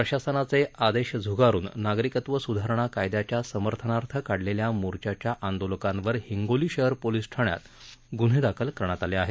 प्रशासनाचे आदेश झुगारुन नागरिकत्व सुधारणा कायद्याच्या समर्थनार्थ काढलेल्या मोर्चाच्या आंदोलकांवर हिंगोली शहर पोलीस ठाण्यात गुन्हे दाखल करण्यात आले आहेत